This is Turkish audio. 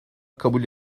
kabul